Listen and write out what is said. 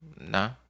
no